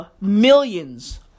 millions